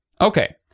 Okay